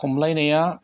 खमलायनाया